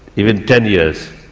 even ten years,